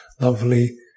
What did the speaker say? lovely